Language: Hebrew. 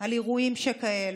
על אירועים שכאלה,